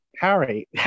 Harry